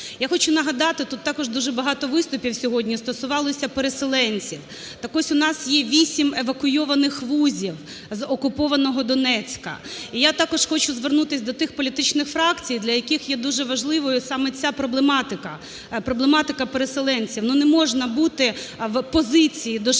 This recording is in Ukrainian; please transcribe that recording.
Я хочу нагадати, тут також багато виступів сьогодні стосувалось переселенців. Так ось у нас є вісім евакуйованих вузів з окупованого Донецька. І я також хочу звернутись до тих політичних фракцій, для яких є дуже важливою саме ця проблематика, – проблематика переселенців. Ну не можна бути в позиції до